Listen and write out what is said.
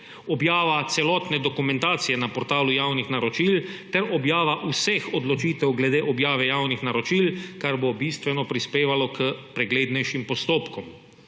objava celotne dokumentacije na portalu javnih naročil ter objava vseh odločitev glede objave javnih naročil, kar bo bistveno prispevalo k preglednejšim postopkom;